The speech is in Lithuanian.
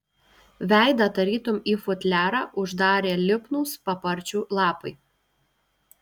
veidą tarytum į futliarą uždarė lipnūs paparčių lapai